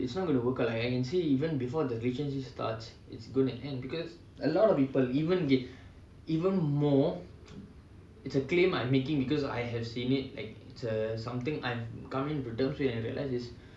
it's not going to be good it's not gonna work out like even before the relationship starts it's gonna end because a lot of people even get even more it's a claim I'm making because I have seen it it's uh something I'm coming to terms with and I realised this